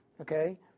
Okay